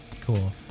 Cool